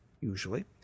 usually